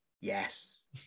yes